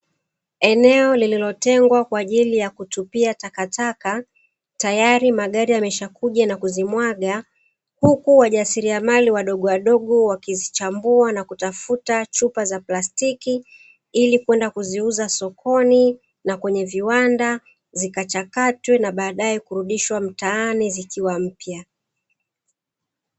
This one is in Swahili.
Eneo lililotengwa kwa ajili ya kutupia takataka tayari magari yameshakuja na kuzimwaga, huku wajasiriamali wadogo wadogo wakizichambua na kutafuta chupa za plastiki ili kwenda kuziuza sokoni, na kwenye viwanda zikachakatwe na baadae kurudishwa mtaani zikiwa mpya.